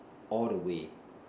all the way